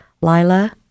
Lila